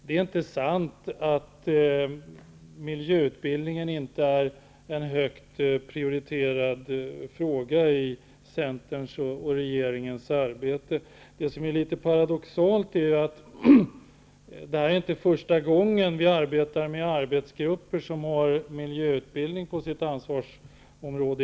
Det är inte sant att miljöutbildningen inte är en högt prioriterad fråga i Centerns och regeringens arbete. Det som är paradoxalt är att det här inte är första gången vi använder arbetsgrupper med miljöutbildning som ett av ansvarsområdena.